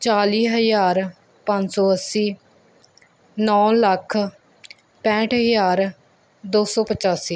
ਚਾਲੀ ਹਜ਼ਾਰ ਪੰਜ ਸੌ ਅੱਸੀ ਨੌਂ ਲੱਖ ਪੈਂਹਟ ਹਜ਼ਾਰ ਦੋ ਸੌ ਪਚਾਸੀ